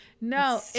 No